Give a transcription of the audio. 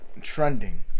Trending